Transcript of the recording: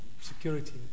security